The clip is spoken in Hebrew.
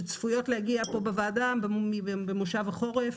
שצפויות להגיע לפה לוועדה במושב החורף.